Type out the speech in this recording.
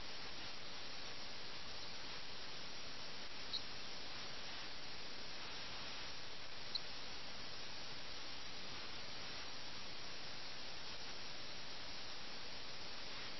അവരെ സംബന്ധിച്ചിടത്തോളം ലോകം ഈ പ്രത്യേക ചെസ്സ് ബോർഡിലേക്ക് ചുരുങ്ങി ചെസ്സ് കളിയല്ലാതെ മറ്റൊന്നും പ്രധാനമല്ല